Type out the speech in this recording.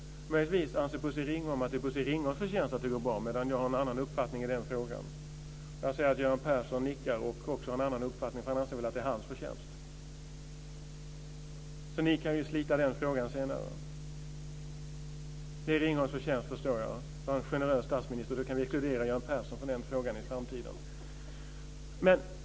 Möjligtvis anser Bosse Ringholm att det är Bosse Ringholms förtjänst att det går bra, medan jag har en annan uppfattning i den frågan. Jag ser att Göran Persson nickar och också har en annan uppfattning. Han anser väl att det är hans förtjänst. Ni kan väl slita den frågan senare. Det är Ringholms förtjänst, säger Göran Persson. Det var en generös statsminister. Då kan vi exkludera Göran Persson från den frågan i framtiden.